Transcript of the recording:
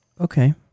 Okay